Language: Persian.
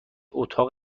اتاق